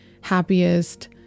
happiest